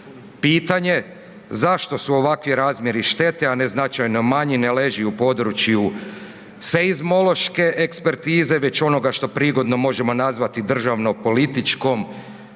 pitanje zašto su ovakvi razmjeri štete, a ne značajno manji ne leži u području seizmološke ekspertize već onoga što prigodno možemo nazvati državno političkom